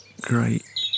great